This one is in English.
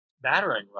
battering